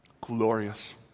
Glorious